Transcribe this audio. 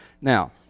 Now